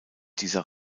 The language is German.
dieser